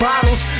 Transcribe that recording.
Bottles